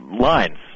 lines